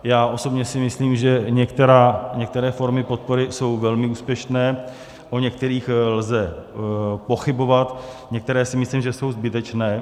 Já osobně si myslím, že některé formy podpory jsou velmi úspěšné, o některých lze pochybovat, některé si myslím, že jsou zbytečné.